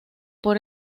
por